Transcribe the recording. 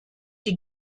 die